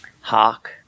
Hawk